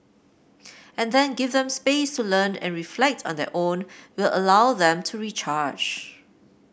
and then give them space to learn and reflect on their own will allow them to recharge